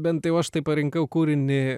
bent jau aš tai parinkau kūrinį